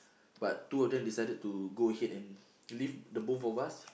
but two of them decided to go ahead and leave the both of us